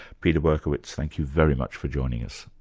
peter berkowitz, thank you very much for joining us.